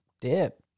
dip